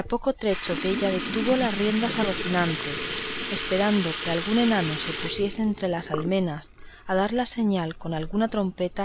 a poco trecho della detuvo las riendas a rocinante esperando que algún enano se pusiese entre las almenas a dar señal con alguna trompeta